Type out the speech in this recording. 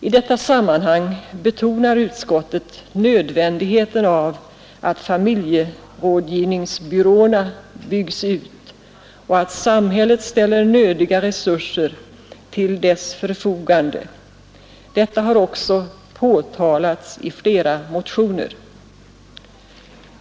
I detta sammanhang betonar utskottet nödvändigheten av att familjerådgivnings byråerna byggs ut och att samhället ställer nödiga resurser till deras förfogande. Detta har också påtalats i flera motioner.